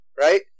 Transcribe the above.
right